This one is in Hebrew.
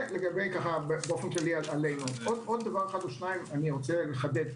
נשאלה